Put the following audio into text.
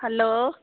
hello